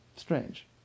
Strange